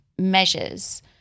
measures